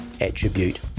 attribute